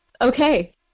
Okay